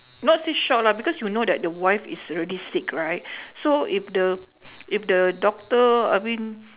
not say shock lah because you know that the wife is already sick right so if the if the doctor I mean